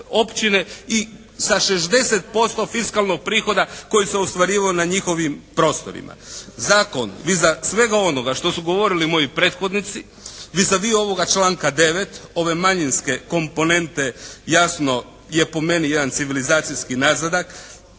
i sa 60% fiskalnog prihoda koji se ostvarivao na njihovim prostorima. Zato iza svega onoga što su govorili moji prethodnici, vis a vis ovoga članka 9., ove manjinske komponente jasno je po meni jedan civilizacijski nazadak